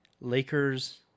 Lakers